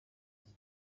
iki